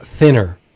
Thinner